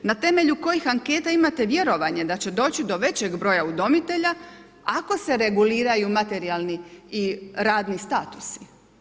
Na temelju kojih anketa imate vjerovanje da će doći do većeg broja udomitelja ako se reguliraju materijalni i radni statusi?